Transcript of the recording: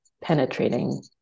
penetrating